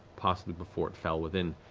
possibly before it fell within,